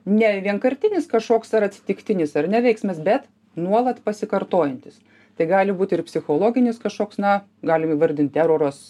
ne vienkartinis kažkoks ar atsitiktinis ar ne veiksmas bet nuolat pasikartojantis tai gali būt ir psichologinis kašoks na galim įvardint teroras